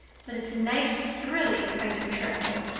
but it's a nice thrilly kind of tremble.